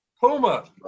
puma